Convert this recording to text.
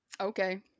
Okay